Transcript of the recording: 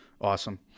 Awesome